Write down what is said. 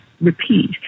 repeat